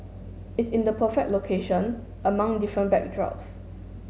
it's in the perfect location among different backdrops